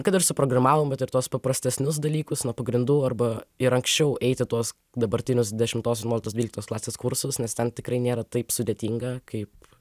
kad ir suprogramavimu bet ir tuos paprastesnius dalykus nuo pagrindų arba ir anksčiau eiti tuos dabartinius dešimtos vienuoliktos dvyliktos klasės kursus nes ten tikrai nėra taip sudėtinga kaip